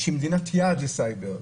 היא מדינת יעד לסייבר,